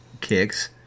kicks